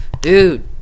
dude